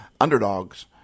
underdogs